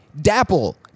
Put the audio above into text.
Dapple